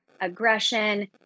aggression